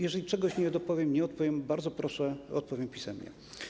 Jeżeli czegoś nie dopowiem, nie odpowiem, bardzo proszę, odpowiem pisemnie.